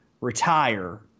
retire